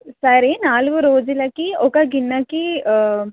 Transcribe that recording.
సరే నాలుగు రోజులకి ఒక గిన్నెకి